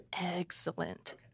Excellent